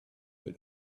but